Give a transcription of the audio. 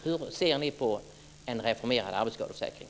Hur ser ni på en reformerad arbetsskadeförsäkring?